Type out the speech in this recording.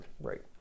Right